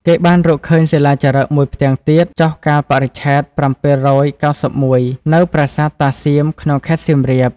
គេបានរកឃើញសិលាចារឹកមួយផ្ទាំងទៀត ចុះកាលបរិច្ឆេទ ៧៩១ នៅប្រាសាទតាសៀមក្នុងខេត្តសៀមរាប។